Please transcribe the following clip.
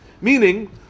Meaning